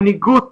מנהיגות